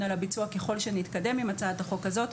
על הביצוע ככל שנתקדם עם הצעת החוק הזאת,